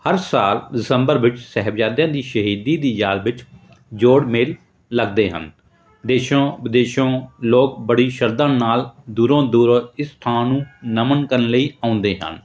ਹਰ ਸਾਲ ਦਸੰਬਰ ਵਿੱਚ ਸਾਹਿਬਜ਼ਾਦਿਆਂ ਦੀ ਸ਼ਹੀਦੀ ਦੀ ਯਾਦ ਵਿੱਚ ਜੋੜ ਮੇਲ ਲੱਗਦੇ ਹਨ ਦੇਸ਼ੋਂ ਵਿਦੇਸ਼ੋਂ ਲੋਕ ਬੜੀ ਸ਼ਰਧਾ ਨਾਲ ਦੂਰੋਂ ਦੂਰੋਂ ਇਸ ਥਾਂ ਨੂੰ ਨਮਨ ਕਰਨ ਲਈ ਆਉਂਦੇ ਹਨ